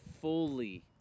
fully